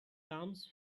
comes